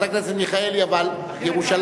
אבל, חברת הכנסת מיכאלי, ירושלים,